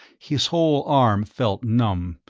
his whole arm felt numb,